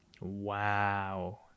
Wow